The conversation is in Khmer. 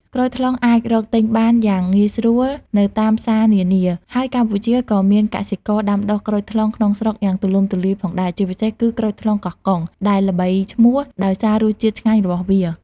ក្រូចថ្លុងអាចរកទិញបានយ៉ាងងាយស្រួលនៅតាមផ្សារនានា ហើយកម្ពុជាក៏មានកសិករដាំដុះក្រូចថ្លុងក្នុងស្រុកយ៉ាងទូលំទូលាយផងដែរ ជាពិសេសគឺ ក្រូចថ្លុងកោះកុង ដែលល្បីឈ្មោះដោយសាររសជាតិឆ្ងាញ់របស់វា។